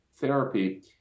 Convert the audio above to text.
Therapy